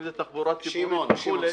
אם זה תחבורה ציבורית וכו'- - שמעון,